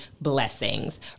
blessings